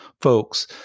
folks